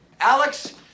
alex